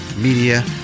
Media